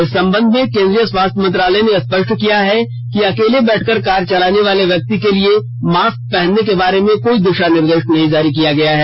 इस संबध में केन्द्रीय स्वास्थ्य मेंत्रालय ने सपष्ट कहा है कि अकेले बैठकर कार चलाने वाले व्यक्ति के लिए मास्क पहनने के बारे में कोई दिशा निर्देश नहीं जारी किया गया है